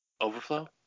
overflow